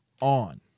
on